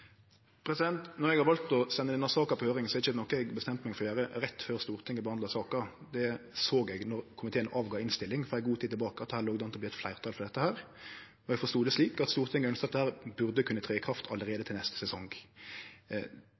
Når eg har valt å sende denne saka på høyring, er det ikkje noko eg bestemte meg for å gjere rett før Stortinget behandla saka. Då komiteen la fram si tilråding for ei tid tilbake, såg eg at her låg det an til å verte eit fleirtal for dette. Eg forstod det slik at Stortinget ønskte at dette burde kunne tre i kraft allereie til neste sesong.